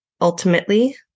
Ultimately